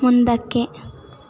ಮುಂದಕ್ಕೆ